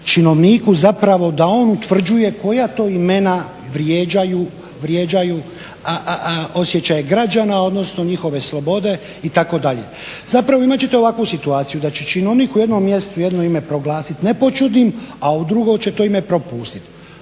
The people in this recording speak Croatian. činovniku zapravo da on utvrđuje koja to imena vrijeđaju osjećaje građana, odnosno njihove slobode itd. Zapravo imat ćete ovakvu situaciju da će činovnik u jednom mjestu, jedno ime proglasiti nepoćudnim a u drugo će to ime propustiti.